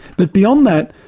but beyond that,